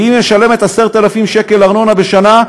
ואם היא משלמת 10,000 שקלים ארנונה בשנה,